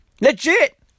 Legit